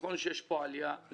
נכון שיש פה עלייה.